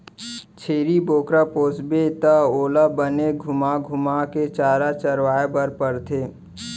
छेरी बोकरा पोसबे त ओला बने घुमा घुमा के चारा चरवाए बर परथे